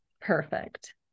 perfect